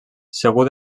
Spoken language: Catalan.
segur